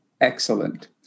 Excellent